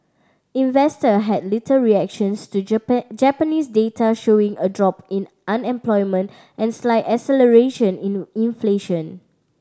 investor had little reactions to Japan Japanese data showing a drop in unemployment and slight acceleration in inflation